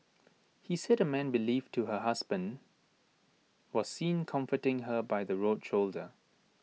he said A man believed to her husband was seen comforting her by the road shoulder